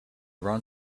ron